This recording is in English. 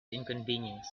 inconvenience